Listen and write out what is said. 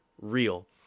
real